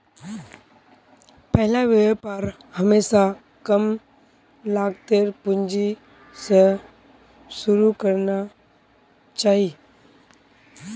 पहला व्यापार हमेशा कम लागतेर पूंजी स शुरू करना चाहिए